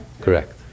Correct